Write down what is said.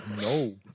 No